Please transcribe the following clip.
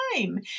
time